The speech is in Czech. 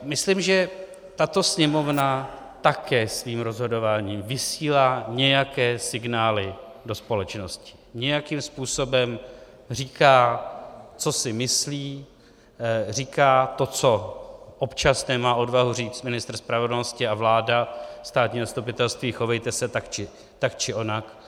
Myslím, že tato Sněmovna také svým rozhodováním vysílá nějaké signály do společnosti, nějakým způsobem říká, co si myslí, říká to, co občas nemá odvahu říct ministr spravedlnosti a vláda: státní zastupitelství, chovejte se tak či onak.